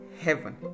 heaven